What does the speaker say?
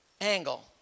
Angle